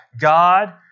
God